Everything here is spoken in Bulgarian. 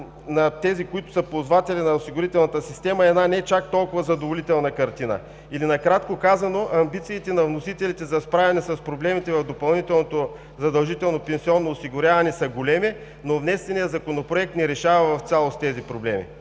на тези, които са ползватели на осигурителната система една не чак толкова задоволителна картина. Накратко казано: амбициите на вносителите за справяне с проблемите в допълнителното задължително пенсионно осигуряване са големи, но внесеният Законопроект не решава в цялост тези проблеми.